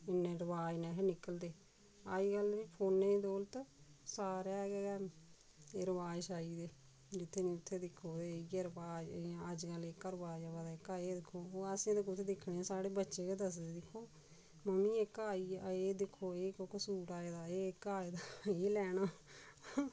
इन्ने रवाज निहे निकलदे अज्जकल ते फोने दा बदौलत सारै गै रवाज एह् छाई गेदे जित्थे नी उत्थे दिक्खो ते इ'यै रवाज अज्जकल एह्का रवाज आवा दा एह् दिक्खो असें ते कुदै दिक्खने साढ़े बच्चे गै दसदे दिक्खो मम्मी एह्का आई गेआ एह् दिक्खो एह् कोह्का सूट आए दा एह् एह्का आए दा एह् लैना